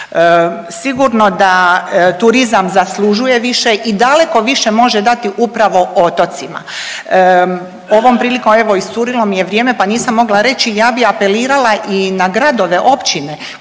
Sigurno da turizam zaslužuje više i daleko više može dati upravo otocima. Ovom prilikom evo iscurilo mi je vrijeme pa nisam mogla reći, ja bi apelirala i na gradove, općine